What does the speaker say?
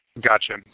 Gotcha